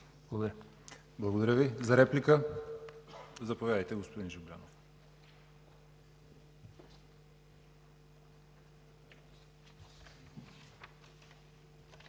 Благодаря Ви. За реплика? Заповядайте, господин Жаблянов.